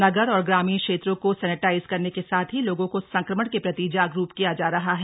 नगर और ग्रामीण क्षेत्रों को सेनेटाइज्ड करने के साथ ही लोगों को संक्रमण के प्रति जागरूक किया जा रहा है